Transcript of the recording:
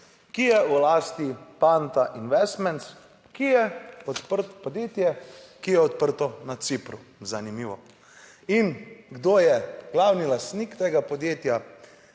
ki je v lasti Panta Investments, ki je podjetje, ki je odprto na Cipru. Zanimivo. In kdo je glavni lastnik tega podjetja?